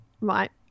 right